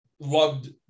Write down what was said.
loved